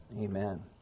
Amen